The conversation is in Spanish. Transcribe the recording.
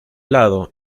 lado